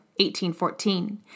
1814